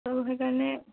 ত' সেইকাৰণে